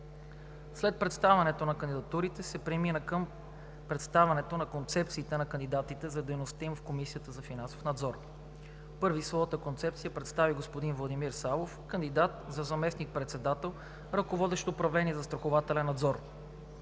След представянето на кандидатурите се премина към представянето на концепциите на кандидатите за дейността им в Комисията за финансов надзор. Първи своята концепция представи господин Владимир Савов – кандидат за заместник-председател, ръководещ управление „Застрахователен надзор“.